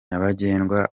nyabagendwa